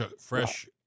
fresh